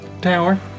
tower